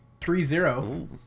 Three-zero